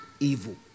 evil